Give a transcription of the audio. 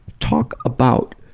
talk about